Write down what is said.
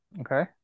Okay